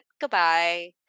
Goodbye